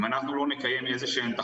אם אנחנו לא נקיים תחרויות,